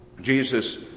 Jesus